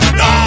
no